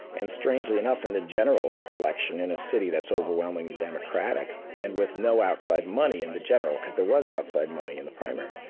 and strangely enough in the general election in a city that's overwhelming democratic and with no outside money in the general, because there was outside money in the primary,